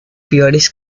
piores